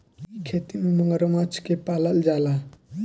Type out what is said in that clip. इ खेती में मगरमच्छ के पालल जाला